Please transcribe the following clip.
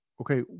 Okay